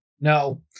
No